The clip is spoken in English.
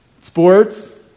Sports